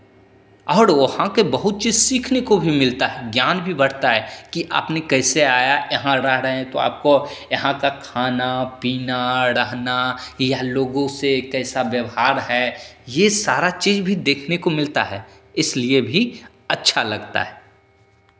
और वहाँ के बहुत चीज़ सीखने को भी मिलता है ज्ञान भी बढ़ता है कि आपने कैसे आया यहाँ रह रहे हैं तो आपको यहाँ का खाना पीना रहना या लोगों से कैसा व्यवहार है ये सारा चीज़ भी देखने को मिलता है इसलिए भी अच्छा लगता है